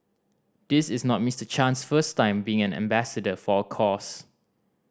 this is not Mister Chan's first time being an ambassador for a cause